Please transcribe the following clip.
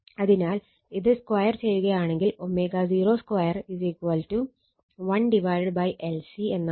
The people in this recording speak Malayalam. അതിനാൽ ഇത് സ്ക്വയർ ചെയ്യുകയാണെങ്കിൽ ω02 1LC എന്നാവും